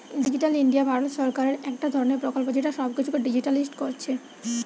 digital India ভারত সরকারের একটা ধরণের প্রকল্প যেটা সব কিছুকে ডিজিটালিসড কোরছে